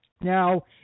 Now